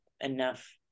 enough